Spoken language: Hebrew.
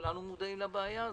כולנו מודעים לבעיה הזאת.